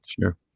Sure